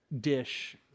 dish